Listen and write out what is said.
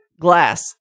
glass